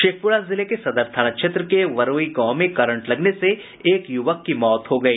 शेखपुरा जिले के सदर थाना क्षेत्र बरुई गांव में करंट से एक युवक की मृत्यु हो गई